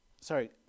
sorry